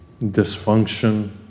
dysfunction